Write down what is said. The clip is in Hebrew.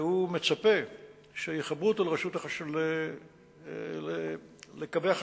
והוא מצפה שיחברו אותו לקווי החשמל.